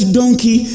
donkey